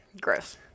Gross